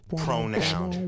pronoun